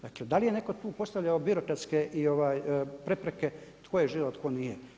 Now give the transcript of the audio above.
Dakle, da li je netko postavljao tu birokratske prepreke tko je Židov a tko nije?